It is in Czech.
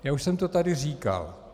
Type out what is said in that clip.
Já už jsem to tady říkal.